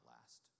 last